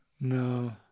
No